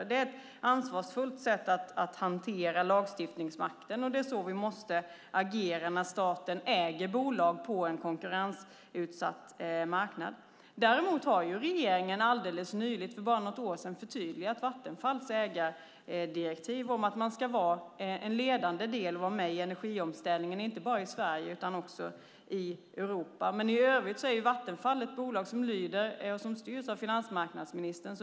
Det är ett ansvarsfullt sätt att hantera lagstiftningsmakten. Det är så vi måste agera när staten äger bolag på en konkurrensutsatt marknad. Däremot har regeringen alldeles nyligen, för bara något år sedan, förtydligat Vattenfalls ägardirektiv med att man ska vara en ledande del och vara med i energiomställningen, inte bara i Sverige utan också i Europa. I övrigt är Vattenfall ett bolag som styrs av finansmarknadsministern.